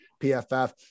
PFF